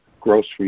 grocery